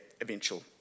eventual